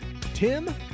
Tim